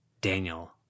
Daniel